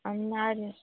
आणि